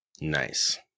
Nice